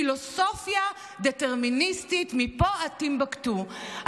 פילוסופיה דטרמיניסטית מפה עד טימבוקטו,